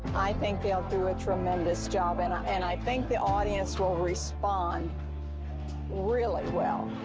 i think they'll do a tremendous job, and and i think the audience will respond really well.